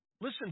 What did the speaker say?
Listen